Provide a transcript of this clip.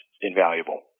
invaluable